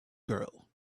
girl